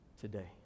today